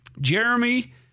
Jeremy